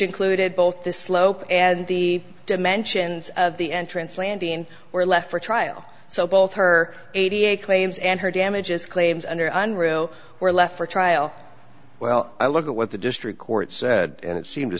included both the slope and the dimensions of the entrance landing were left for trial so both her eighty eight claims and her damages claims under unruh were left for trial well i look at what the district court said and it seemed to